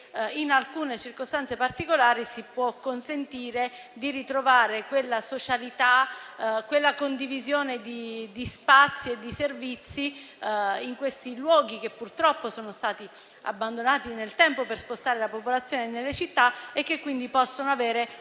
In alcune circostanze particolari, infatti, si può consentire di ritrovare quella socialità e quella condivisione di spazi e di servizi in questi luoghi, che purtroppo sono stati abbandonati nel tempo per spostare la popolazione nelle città, ma che possono quindi